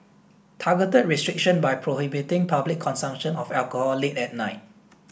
targeted restriction by prohibiting public consumption of alcohol late at night